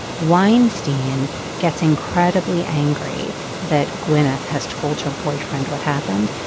weinstein gets incredibly angry that gwyneth has told her boyfriend what happened.